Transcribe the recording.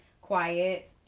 quiet